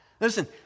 Listen